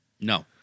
No